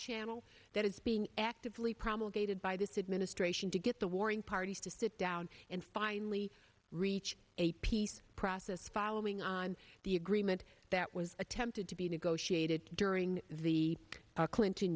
channel that is being actively promulgated by this administration to get the warring parties to sit down and finally reach a peace process following on the agreement that was attempted to be negotiated during the clinton